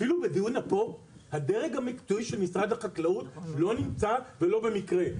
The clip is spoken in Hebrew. אפילו בדיון פה הדרג המקצועי של משרד החקלאות לא נמצא ולא במקרה,